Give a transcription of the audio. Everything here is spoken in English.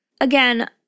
Again